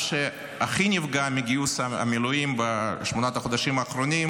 שהכי נפגע מגיוס המילואים בשמונת החודשים האחרונים